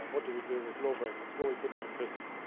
and what do we do with law-breakers? well, we put them in prison.